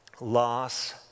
loss